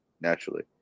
naturally